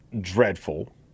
dreadful